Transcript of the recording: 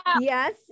Yes